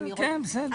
באמירות.